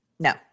No